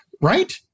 Right